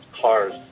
cars